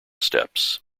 steps